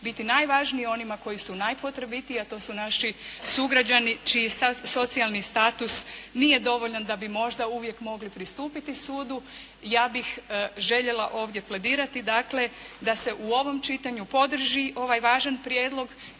biti najvažniji onima koji su najpotrebitiji, a to su naši sugrađani čiji socijalni status nije dovoljan da bi možda uvijek mogli pristupiti sudu. Ja bih željela ovdje pledirati dakle, da se u ovom čitanju podrži ovaj važan prijedlog